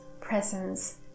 presence